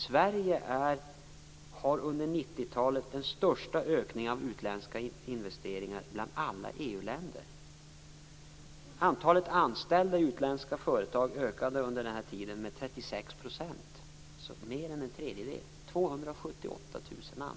Sverige har under 90-talet den största ökningen av utländska investeringar bland alla EU-länder. Antalet anställda i utländska företag ökade under den här tiden med 36 %, dvs. med mer än en tredjedel - det är 278 000